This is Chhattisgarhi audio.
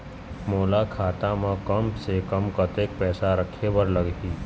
मोला खाता म कम से कम कतेक पैसा रखे बर लगही?